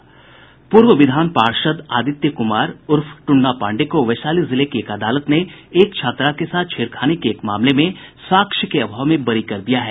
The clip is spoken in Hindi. पूर्व विधान पार्षद आदित्य कुमार उर्फ ट्न्ना पांडेय को वैशाली जिले की एक अदालत ने एक छात्रा के साथ छेड़खानी के मामले में साक्ष्य के अभाव में बरी कर दिया है